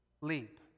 leap